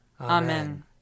Amen